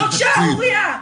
זו שערורייה.